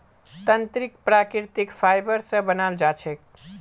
तंत्रीक प्राकृतिक फाइबर स बनाल जा छेक